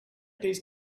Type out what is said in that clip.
these